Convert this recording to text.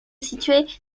située